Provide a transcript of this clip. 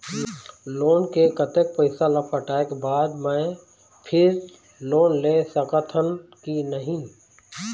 Loan के कतक पैसा ला पटाए के बाद मैं फिर लोन ले सकथन कि नहीं?